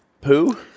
Poo